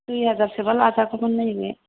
दुइ हाजारसोबा लाजागौमोन नैबे